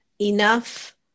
Enough